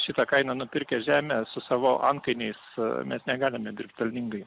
šita kaina nupirkę žemę su savo antkainiais mes negalime dirbt pelningai